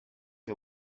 que